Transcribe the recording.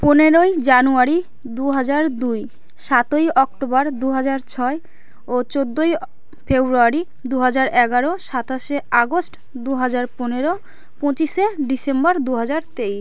পনেরোই জানুয়ারি দু হাজার দুই সাতই অক্টোবর দু হাজার ছয় ও চোদ্দোই ফেব্রুয়ারি দু হাজার এগারো সাতাশে আগস্ট দু হাজার পনেরো পঁচিশে ডিসেম্বর দু হাজার তেইশ